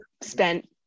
spent